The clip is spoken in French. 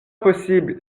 possible